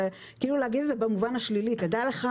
כלומר להגיד את זה במובן השלילי: תדע לך,